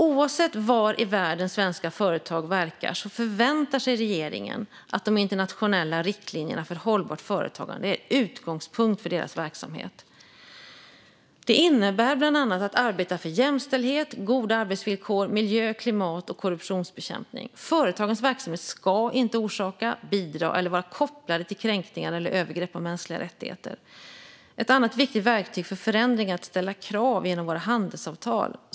Oavsett var i världen svenska företag verkar förväntar sig regeringen att de internationella riktlinjerna för hållbart företagande är utgångspunkten i deras verksamhet. Det innebär bland annat att arbeta för jämställdhet, goda arbetsvillkor, miljö, klimat och korruptionsbekämpning. Företagens verksamhet ska inte orsaka, bidra till eller vara kopplade till kränkningar av eller övergrepp på mänskliga rättigheter. Ett annat viktigt verktyg för förändring är att ställa krav genom våra handelsavtal.